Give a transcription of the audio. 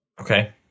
Okay